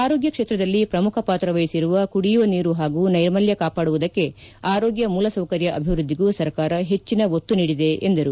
ಆರೋಗ್ಟ ಕ್ಷೇತ್ರದಲ್ಲಿ ಪ್ರಮುಖ ಪಾತ್ರ ವಹಿಸಿರುವ ಕುಡಿಯುವ ನೀರು ಹಾಗೂ ನೈರ್ಮಲ್ವ ಕಾಪಾಡುವುದಕ್ಕೆ ಆರೋಗ್ಟ ಮೂಲ ಸೌಕರ್ಯ ಅಭಿವೃದ್ಧಿಗೂ ಸರ್ಕಾರ ಹೆಚ್ಚಿನ ಒತ್ತು ನೀಡಿದೆ ಎಂದರು